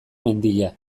mendia